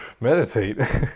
meditate